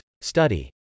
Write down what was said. Study